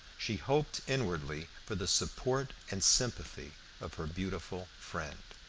she hoped inwardly for the support and sympathy of her beautiful friend.